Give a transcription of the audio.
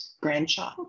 grandchild